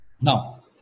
Now